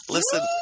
Listen